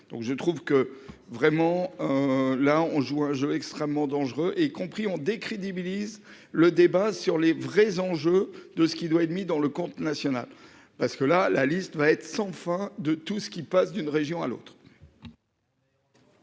Donc je trouve que vraiment. Là on joue un jeu extrêmement dangereux et compris on décrédibilise le débat sur les vrais enjeux de ce qui doit être mis dans le Comte nationale parce que la, la liste va être sans fin de tout ce qui passe d'une région à l'autre.